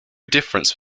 difference